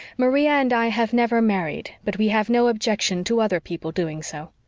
maria and i have never married, but we have no objection to other people doing so.